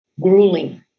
grueling